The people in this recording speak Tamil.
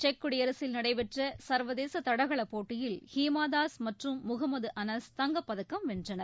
செக் குடியரசில் நடைபெற்ற சர்வதேச தடகளப் போட்டியில் ஹிமாதாஸ் மற்றும் முகமது அனாஸ் தங்கப்பதக்கம் வென்றனர்